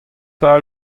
pal